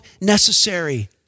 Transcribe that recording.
necessary